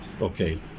Okay